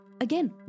again